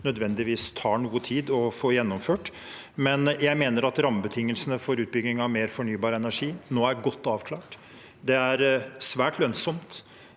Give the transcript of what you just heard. nødvendigvis tar noe tid å få gjennomført, men jeg mener at rammebetingelsene for utbygging av mer fornybar energi nå er godt avklart. Det er svært lønnsomt